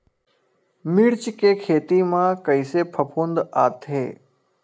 मिर्च के खेती म कइसे फफूंद आथे?